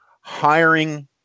Hiring